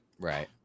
right